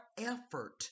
effort